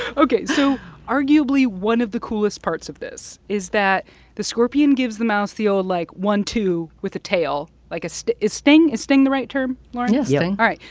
ok, so arguably one of the coolest parts of this is that the scorpion gives the mouse the old, like, one-two with a tail, like a is sting is sting the right term, lauren? yeah, sting all right,